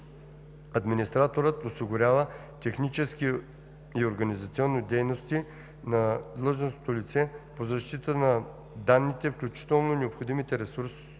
Администраторът осигурява технически и организационно дейността на длъжностното лице по защита на данните, включително необходимите ресурси,